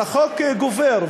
אז החוק גובר.